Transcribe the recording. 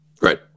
Right